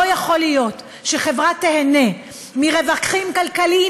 לא יכול להיות שחברה תיהנה מרווחים כלכליים